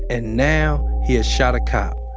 and now he has shot a cop.